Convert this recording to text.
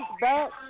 back